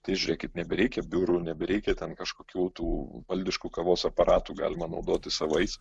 tai žiūrėkit nebereikia biurų nebereikia ten kažkokių tų valdiškų kavos aparatų galima naudotis savais